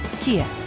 Kia